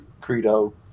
credo